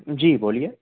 जी बोलिए